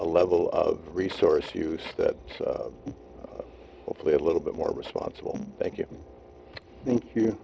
a level of resource use that hopefully a little bit more responsible thank you thank you